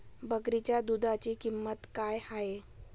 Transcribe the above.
बकरीच्या दूधाची किंमत काय आहे?